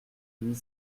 huit